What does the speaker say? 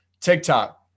tiktok